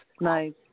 nice